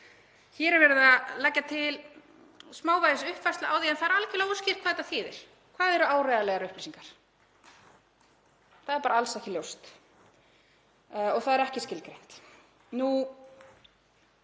Hér er verið að leggja til smávægilega uppfærslu á því en það er algjörlega óskýrt hvað þetta þýðir. Hvað eru áreiðanlegar upplýsingar? Það er bara alls ekki ljóst. Það er ekki skilgreint.